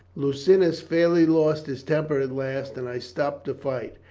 lucinus fairly lost his temper at last, and i stopped the fight,